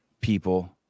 people